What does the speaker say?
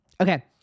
Okay